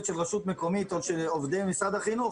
של רשות מקומית או עובדי משרד החינוך,